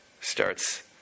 starts